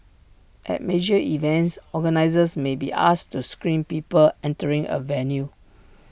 at major events organisers may be asked to screen people entering A venue